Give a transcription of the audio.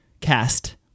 Cast